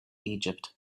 egypt